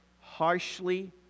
harshly